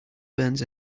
burns